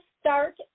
start